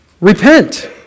repent